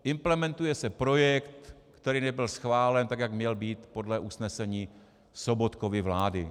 Implementuje se projekt, který nebyl schválen, tak jak měl být podle usnesení Sobotkovy vlády.